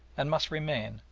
and must remain,